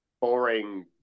boring